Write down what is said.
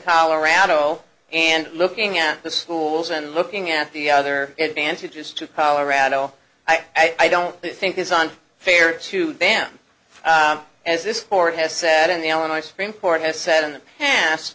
colorado and looking at the schools and looking at the other advantages to colorado i don't think is on fair to bam as this court has said in the illinois supreme court has said in the past